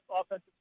offensive